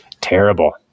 Terrible